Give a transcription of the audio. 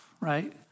right